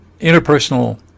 interpersonal